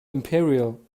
imperial